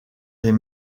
les